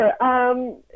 sure